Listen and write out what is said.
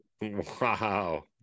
Wow